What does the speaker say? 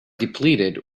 depleted